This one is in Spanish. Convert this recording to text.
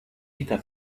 estas